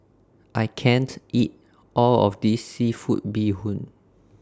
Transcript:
I can't eat All of This Seafood Bee Hoon